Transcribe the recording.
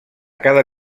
cada